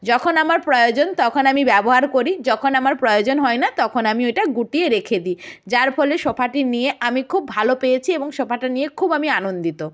যখন আমার প্রয়োজন তখন আমি ব্যবহার করি যখন আমার প্রয়োজন হয় না তখন আমি ওইটা গুটিয়ে রেখে দিই যার ফলে সোফাটি নিয়ে আমি খুব ভালো পেয়েছি এবং সোফাটা নিয়ে খুব আমি আনন্দিত